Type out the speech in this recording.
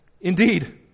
indeed